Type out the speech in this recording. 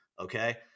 Okay